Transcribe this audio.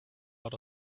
out